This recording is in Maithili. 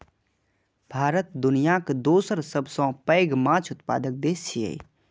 भारत दुनियाक दोसर सबसं पैघ माछ उत्पादक देश छियै